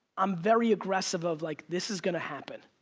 i'm very aggressive of like, this is going to happen.